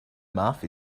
muff